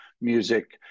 music